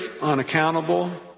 unaccountable